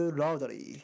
loudly